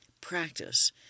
practice